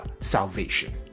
salvation